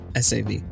SAV